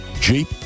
Jeep